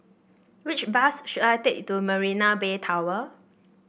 which bus should I take to Marina Bay Tower